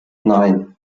nein